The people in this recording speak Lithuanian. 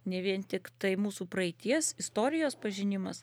ne vien tik tai mūsų praeities istorijos pažinimas